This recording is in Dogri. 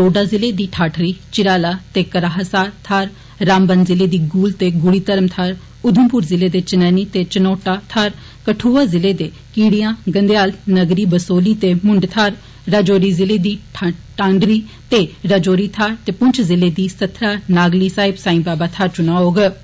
डोडा जिले दी ठाठरी चिराला ते कहारा थाहर रामबन जिले दी गूल ते गूडी धराम उघमपुर जिले दे चनैनी ते चनोटा थाहर कठुआ जिले दे किडियां गंदेयाल नगरी बसौहली ते भूंड थाहर राजौरी जिले दी टागरी ते राजौरी थाहर ते पुंछ जिले दी सथरा नगाली साहिब साई बाबा थाहर चुनां होंगन